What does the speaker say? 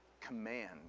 command